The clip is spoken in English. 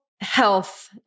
health